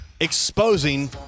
exposing